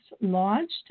launched